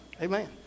Amen